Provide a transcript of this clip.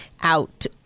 out